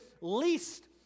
least